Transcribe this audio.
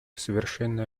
совершенно